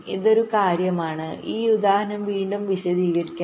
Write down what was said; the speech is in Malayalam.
ഇതൊരു കാര്യമാണ് ഈ ഉദാഹരണം വീണ്ടും വിശദീകരിക്കാം